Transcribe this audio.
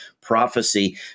prophecy